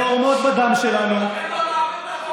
זורמות בדם שלנו, לכן לא נעביר את החוק הזה.